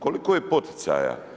Koliko je poticaja?